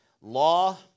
law